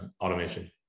automation